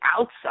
outside